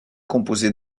composé